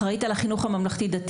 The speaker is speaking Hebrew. אחראית על החינוך הממלכתי-דתי,